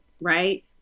right